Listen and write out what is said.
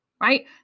right